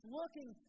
looking